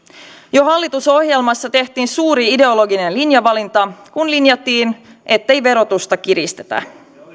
jo hallitusohjelmassa tehtiin suuri ideologinen linjavalinta kun linjattiin ettei verotusta kiristetä